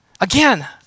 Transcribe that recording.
Again